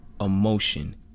emotion